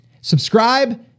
subscribe